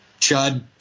Chud